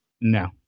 No